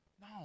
No